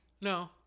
No